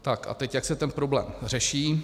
Tak a teď jak se ten problém řeší.